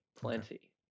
plenty